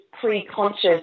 pre-conscious